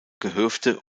gehöfte